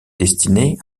destinée